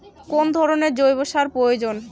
কোন ধরণের জৈব সার প্রয়োজন?